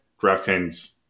Draftkings